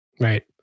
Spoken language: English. Right